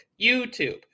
YouTube